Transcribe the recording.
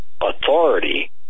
authority